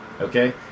okay